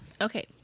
Okay